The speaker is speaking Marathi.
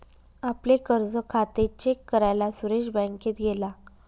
आपले कर्ज खाते चेक करायला सुरेश बँकेत गेला